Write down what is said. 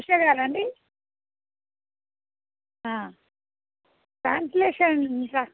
కృష్ణ గారా అండి ట్రాన్స్లేషన్ ఇంకా